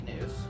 news